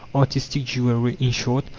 artistic jewelry in short,